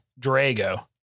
Drago